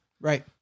Right